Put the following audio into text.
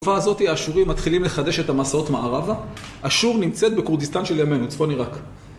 בתקופה הזאת, האשורים מתחילים לחדש את המסעות מערבה. אשור נמצאת בכרודיסטן של ימינו, צפוני עיראק.